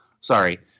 Sorry